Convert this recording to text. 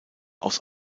aus